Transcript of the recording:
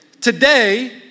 today